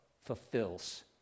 fulfills